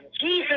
Jesus